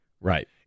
Right